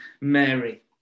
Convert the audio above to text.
Mary